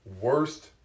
worst